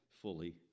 fully